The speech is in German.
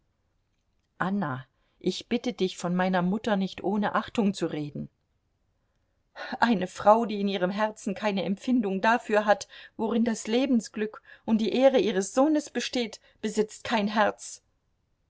anna ich bitte dich von meiner mutter nicht ohne achtung zu reden eine frau die in ihrem herzen keine empfindung dafür hat worin das lebensglück und die ehre ihres sohnes besteht besitzt kein herz